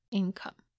income